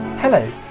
Hello